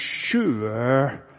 sure